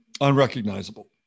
Unrecognizable